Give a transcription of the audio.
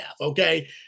okay